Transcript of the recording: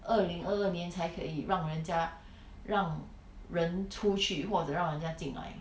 二零二二年才可以让人家让人出去或者让人家进来